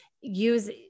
use